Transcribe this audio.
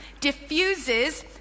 diffuses